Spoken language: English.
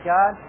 God